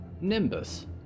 Nimbus